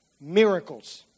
Miracles